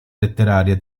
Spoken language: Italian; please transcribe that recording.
letterarie